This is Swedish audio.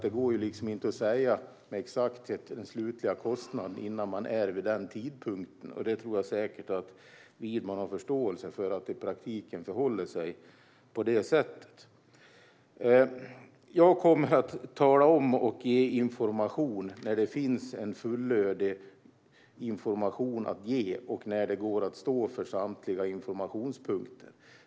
Det går inte att säga med exakthet den slutliga kostnaden innan man är vid den tidpunkten. Jag tror säkert att Widman har förståelse för att det i praktiken förhåller sig på det sättet. Jag kommer att tala om och ge information när det finns fullödig information att ge och när det går att stå för samtliga informationspunkter.